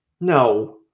no